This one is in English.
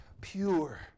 pure